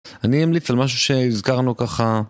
אני אמליץ על משהו שהזכרנו ככה.